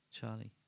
Charlie